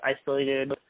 isolated